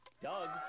Doug